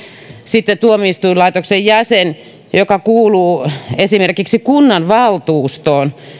sitten tuomioistuinlaitoksen jäsen joka kuuluu esimerkiksi kunnanvaltuustoon